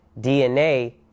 DNA